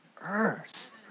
earth